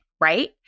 right